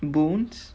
bones